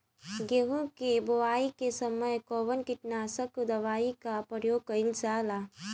गेहूं के बोआई के समय कवन किटनाशक दवाई का प्रयोग कइल जा ला?